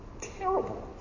terrible